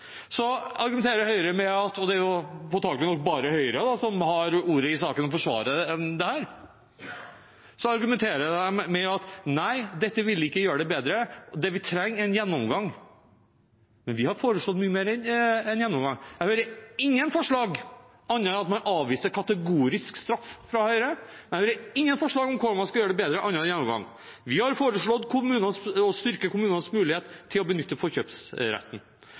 argumenterer med at, og det er påtakelig at det bare er Høyre som har ordet i saken og forsvarer dette, dette vil ikke gjøre det bedre. Det vi trenger, er en gjennomgang. Vi har foreslått mye mer enn en gjennomgang. Jeg hører ingen forslag fra Høyre annet enn at de kategorisk avviser straff. Jeg hører ingen forslag om hvordan man skal gjøre det bedre annet enn å ha en gjennomgang. Vi har foreslått å styrke kommunenes muligheter til å benytte forkjøpsretten.